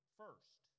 first